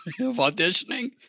auditioning